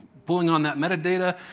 pulling on that metadata,